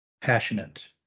passionate